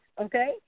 okay